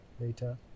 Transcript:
later